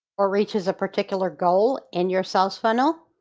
or reaches a particular goal in your sales funnel,